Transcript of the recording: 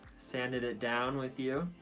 sanded it down with you,